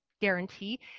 guarantee